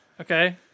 Okay